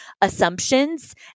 assumptions